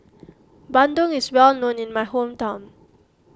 Bandung is well known in my hometown